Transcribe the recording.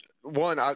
one